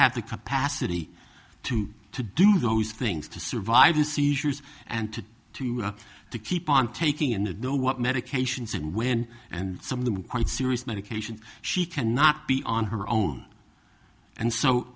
have the capacity to to do those things to survive the seizures and to to to keep on taking in the know what medications and when and some of them quite serious medication she cannot be on her own and so